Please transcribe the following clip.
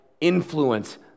influence